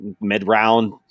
mid-round